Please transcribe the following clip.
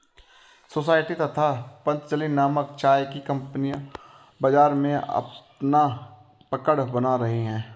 society तथा पतंजलि नामक चाय की कंपनियां बाजार में अपना पकड़ बना रही है